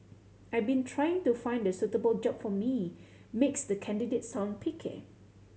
I've been trying to find the suitable job for me makes the candidate sound picky